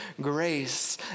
grace